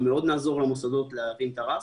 ומאוד נעזור למוסדות להבין את הרף.